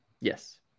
Yes